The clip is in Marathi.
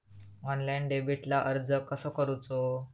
ऑनलाइन डेबिटला अर्ज कसो करूचो?